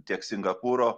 tiek singapūro